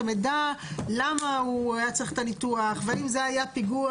המידע למה הוא היה צריך את הניתוח והאם זה היה פיגוע